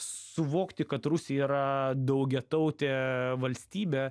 suvokti kad rusija yra daugiatautė valstybė